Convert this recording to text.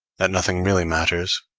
that nothing really matters,